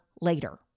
later